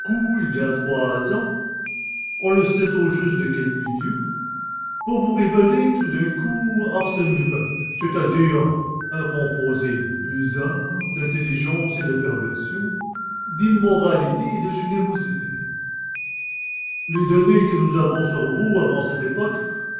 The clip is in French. il y a trois ans on ne sait au juste de quel milieu pour vous révéler tout d'un coup arsène lupin c'est-à-dire un composé bizarre d'intelligence et de perversion d'immoralité et de générosité les données que nous avons sur vous avant cette époque